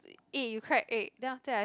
eh you crack egg then after that I